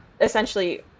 essentially